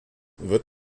wird